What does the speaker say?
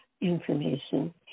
information